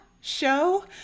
show